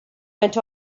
went